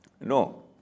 No